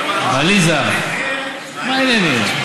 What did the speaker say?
כן, עליזה, מה העניינים?